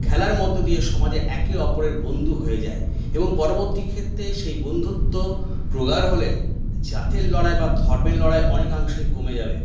খেলার মধ্য দিয়ে সমাজে একে অপরের বন্ধু হয়ে যায় এবং পরবর্তী ক্ষেত্রে সেই বন্ধুত্ব প্রগাঢ় হলে জাতের লড়াই বা ধর্মের লড়াই অনেকাংশেই কমে যাবে